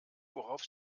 worauf